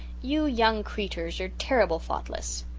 you young creeturs are terrible thoughtless.